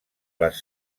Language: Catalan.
les